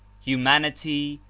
humanity,